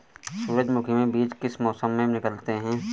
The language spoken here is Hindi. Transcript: सूरजमुखी में बीज किस मौसम में निकलते हैं?